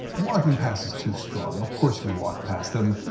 walking past is too strong, of course you walk past them,